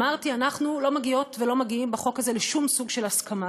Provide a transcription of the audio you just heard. אמרתי: אנחנו לא מגיעות ולא מגיעים בחוק הזה לשום סוג של הסכמה,